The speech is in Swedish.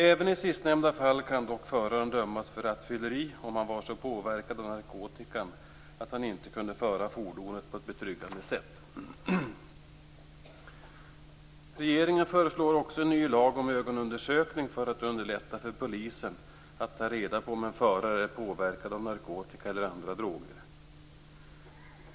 Även i sistnämnda fall kan dock föraren dömas för rattfylleri, om han var så påverkad av narkotikan att han inte kunde föra fordonet på ett betryggande sätt. Regeringen föreslår också en ny lag om ögonundersökning för att underlätta för polisen att ta reda på om en förare är påverkad av narkotika eller andra droger.